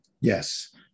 Yes